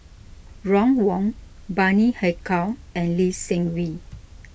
Ron Wong Bani Haykal and Lee Seng Wee